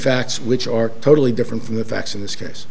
facts which are totally different from the facts in this case